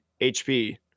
HP